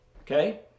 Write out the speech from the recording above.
Okay